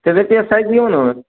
তেলাপিয়ার size কেমন হবে